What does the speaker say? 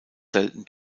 selten